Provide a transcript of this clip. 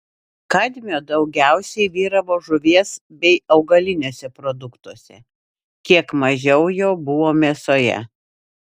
kadmio daugiausiai vyravo žuvies bei augaliniuose produktuose kiek mažiau jo buvo mėsoje